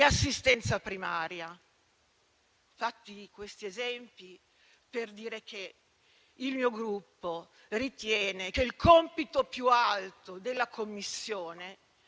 assistenza primaria. Questi esempi sono per dire che il mio Gruppo ritiene che il compito più alto della Commissione,